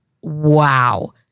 wow